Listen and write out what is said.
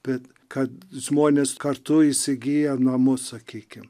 bet kad žmonės kartu įsigyja namus sakykim